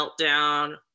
meltdown